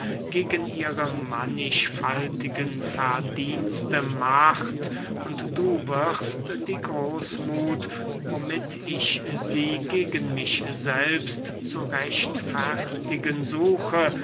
gegen ihre mannigfaltigen verdienste macht und du wirst die großmuth womit ich sie gegen mich selbst zu rechtfertigen suche